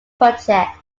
project